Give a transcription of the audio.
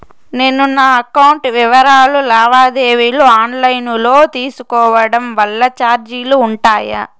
నేను నా అకౌంట్ వివరాలు లావాదేవీలు ఆన్ లైను లో తీసుకోవడం వల్ల చార్జీలు ఉంటాయా?